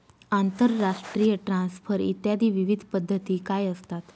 आंतरराष्ट्रीय ट्रान्सफर इत्यादी विविध पद्धती काय असतात?